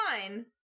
fine